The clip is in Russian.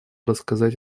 рассказать